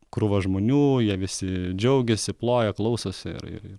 krūvą žmonių jie visi džiaugiasi ploja klausosi ir ir ir